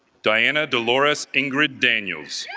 diana dolores ingrid daniels,